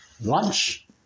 lunch